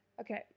Okay